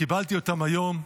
קיבלתי אותם היום.